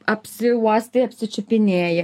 apsiuostai apsičiupinėji